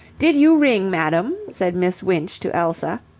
did you ring, madam? said miss winch to elsa,